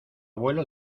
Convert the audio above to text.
vuelo